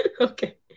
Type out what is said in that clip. Okay